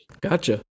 Gotcha